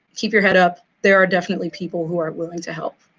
keep your head up, there are definitely people who are willing to help.